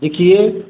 लिखिए